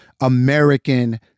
American